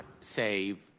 save